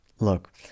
Look